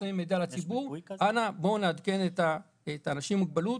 כשמפרסמים מידע לציבור: אנא בואו נעדכן אנשים עם מוגבלות